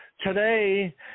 today